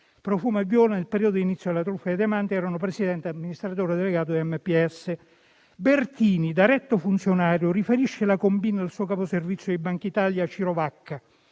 Profumo e Viola, nel periodo di inizio della truffa dei diamanti, erano Presidente e amministratore delegato di MPS. Bertini, da retto funzionario, riferisce la *combine* al suo capo servizio di Banca d'Italia, Ciro Vacca: